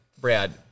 Brad